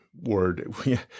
word